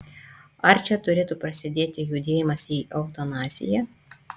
ar čia turėtų prasidėti judėjimas į eutanaziją